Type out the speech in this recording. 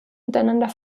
miteinander